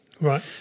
Right